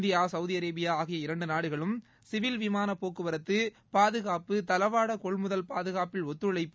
India Saudi Arabia ஆகிய இரண்டு நாடுகளும் சிவில் விமான போக்குவரத்து பாதுகாப்பு தளவாட கொள்முதல் பாதுகாப்பில் ஒத்துழைப்பு